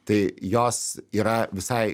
tai jos yra visai